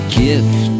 gift